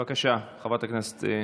בבקשה, חברת הכנסת עטייה,